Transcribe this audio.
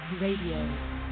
Radio